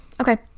Okay